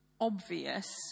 obvious